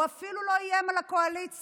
הוא אפילו לא איים על הקואליציה,